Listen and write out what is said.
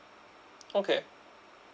okay